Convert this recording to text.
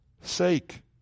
sake